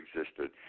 existed